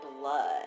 blood